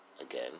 again